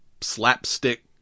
slapstick